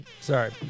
Sorry